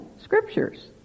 scriptures